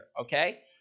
Okay